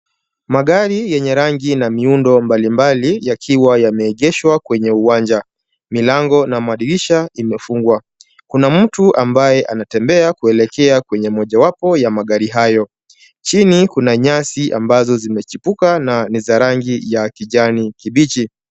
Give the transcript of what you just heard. Magari yenye rangi na miundo mbalimbali yakiwa yameegeshwa kwenye uwanja. Milango na dirisha imefungwa. Kuna mtu ambaye anatembea kuelekea kwenye mojawapo ya magari hayo. Chini kuna nyasi ambazo zimechipuka na ni za rangi ya kijani kibichi.